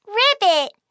ribbit